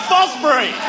Fosbury